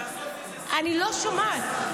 אני לא שומעת.